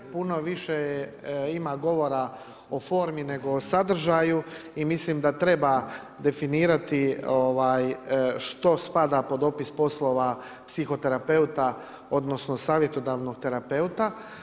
Puno više ima govora o formi, nego o sadržaju i mislim da treba definirati što spada pod opis poslova psiho terapeuta odnosno savjetodavnog terapeuta.